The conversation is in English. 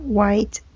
white